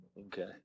Okay